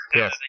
yes